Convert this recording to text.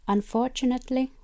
Unfortunately